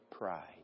Pride